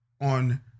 on